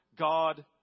God